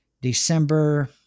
December